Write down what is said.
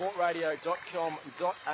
Sportradio.com.au